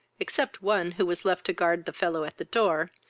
except one, who was left to guard the fellow at the door,